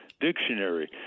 dictionary